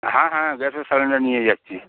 হ্যাঁ হ্যাঁ গ্যাসের সিলিন্ডার নিয়ে যাচ্ছি